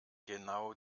genau